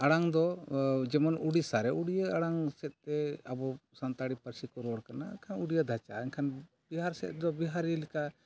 ᱟᱲᱟᱝ ᱫᱚ ᱡᱮᱢᱚᱱ ᱩᱲᱤᱥᱥᱟ ᱨᱮ ᱩᱲᱤᱭᱟᱹ ᱟᱲᱟᱝ ᱛᱮ ᱟᱵᱚ ᱥᱟᱱᱛᱟᱲᱤ ᱯᱟᱹᱨᱥᱤ ᱠᱚ ᱨᱚᱲ ᱠᱟᱱᱟ ᱮᱱᱠᱷᱟᱱ ᱩᱲᱤᱭᱟ ᱫᱷᱟᱪᱟ ᱮᱱᱠᱷᱟᱱ ᱵᱤᱦᱟᱨ ᱥᱮᱫ ᱫᱚ ᱵᱤᱦᱟᱨᱤ ᱞᱮᱠᱟ